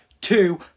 two